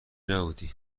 نبودی